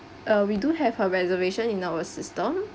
uh we do have a reservation in our system